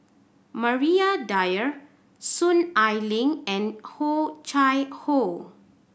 Maria Dyer Soon Ai Ling and Oh Chai Hoo